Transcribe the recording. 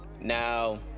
Now